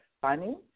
funny